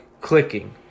clicking